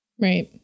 Right